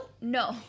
no